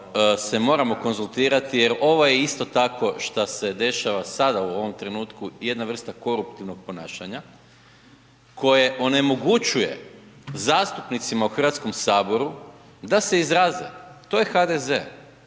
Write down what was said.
se moramo konzultirati jer ovo je isto tako što se dešava sada u ovom trenutku jedna vrsta koruptivnog ponašanja koje onemogućuje zastupnicima u Hrvatskom saboru da se izraze, to je HDZ,